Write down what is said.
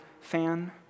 fan